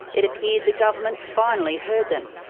it appeared the government finally heard them.